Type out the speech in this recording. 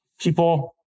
people